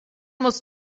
muss